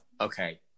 Okay